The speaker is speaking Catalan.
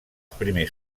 primers